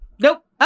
Nope